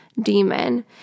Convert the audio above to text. demon